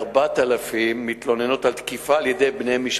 וכ-4,000 מתלוננות על תקיפה על-ידי בני משפחתן.